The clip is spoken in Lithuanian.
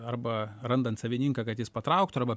arba randant savininką kad jis patrauktų arba